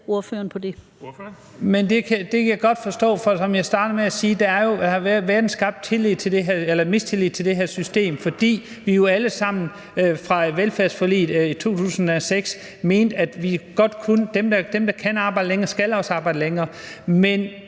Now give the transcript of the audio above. Lahn Jensen (S): Men det kan jeg godt forstå, for som jeg startede med at sige, har der været skabt mistillid til det her system, fordi vi jo alle sammen fra velfærdsforliget i 2006 mente, at dem, der kan arbejde længere, også skal arbejde længere. Men